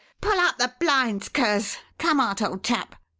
pull up the blinds, curz. come out, old chap.